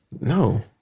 No